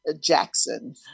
Jackson